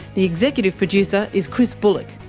the executive producer is chris bullock,